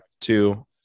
two